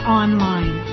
online